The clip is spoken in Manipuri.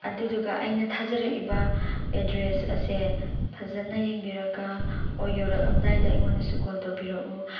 ꯑꯗꯨꯗꯨꯒ ꯑꯩꯅ ꯊꯥꯖꯔꯛꯏꯕ ꯑꯦꯗ꯭ꯔꯦꯁ ꯑꯁꯦ ꯐꯖꯅ ꯌꯦꯡꯕꯤꯔꯒ ꯑꯣꯔ ꯌꯧꯔꯛꯑꯝꯗꯥꯏꯗ ꯑꯩꯉꯣꯟꯗꯁꯨ ꯀꯣꯜ ꯇꯧꯕꯤꯔꯛꯎ